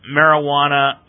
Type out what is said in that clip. marijuana